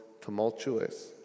tumultuous